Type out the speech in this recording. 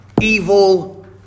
evil